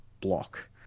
block